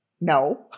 No